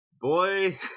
boy